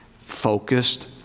focused